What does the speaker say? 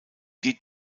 die